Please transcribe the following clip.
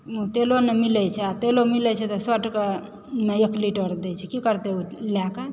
तेलो नहि मिलै छै आ तेलो मिलै छै तऽ सए टकामे एक लीटर दै छै की करतै ओ लए कऽ